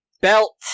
belt